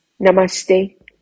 Namaste